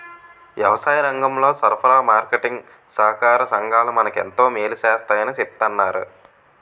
వ్యవసాయరంగంలో సరఫరా, మార్కెటీంగ్ సహాకార సంఘాలు మనకు ఎంతో మేలు సేస్తాయని చెప్తన్నారు